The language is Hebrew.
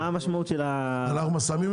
מה המשמעות של המתווה?